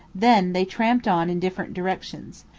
then they tramped on in different directions.